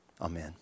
amen